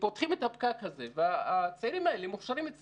פותחים את הפקק הזה ומכשירים את הצעירים האלה אצלנו?